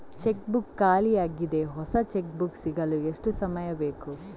Check book ಖಾಲಿ ಯಾಗಿದೆ, ಹೊಸ ಚೆಕ್ ಬುಕ್ ಸಿಗಲು ಎಷ್ಟು ಸಮಯ ಬೇಕು?